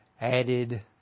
added